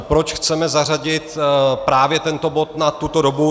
Proč chceme zařadit právě tento bod na tuto dobu?